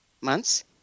Months